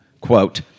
quote